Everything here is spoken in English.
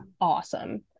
awesome